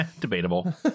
Debatable